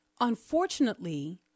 Unfortunately